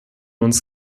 uns